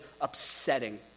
upsetting